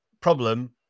problem